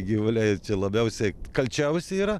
gyvuliai labiausiai kalčiausi yra